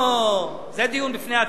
או-ו-ו, זה דיון בפני עצמו.